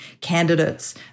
candidates